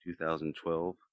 2012